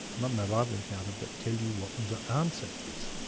none that i've encountered that tell you what the answer is.